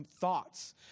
thoughts